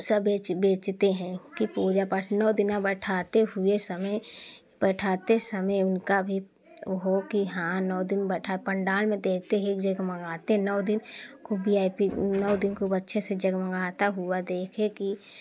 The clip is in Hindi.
सब बेच बेचते हैं कि पूजा पाठ नौ दिन बैठाते हुए समय बैठाते समय उनका भी हो कि हाँ नौ दिन बैठा पंडाल देखते ही जगमगाते नौ दिन खूब वी आई पी नौ दिन खूब अच्छे से जगमगाते हुआ देखें कि